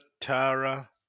Tara